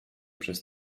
przez